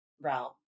realm